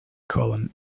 column